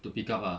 to pick up ah